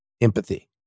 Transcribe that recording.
empathy